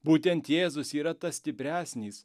būtent jėzus yra tas stipresnis